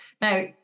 Now